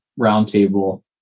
roundtable